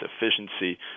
efficiency